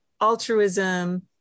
altruism